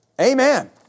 Amen